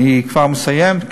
אני כבר מסיים.